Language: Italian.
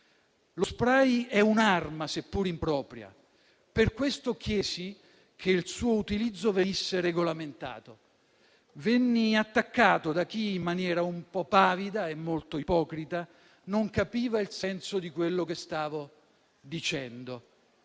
Lo *spray* è un'arma, seppur impropria, e per questo chiesi che il suo utilizzo venisse regolamentato. Venni attaccato da chi, in maniera un po' pavida e molto ipocrita, non capiva il senso di quello che stavo dicendo.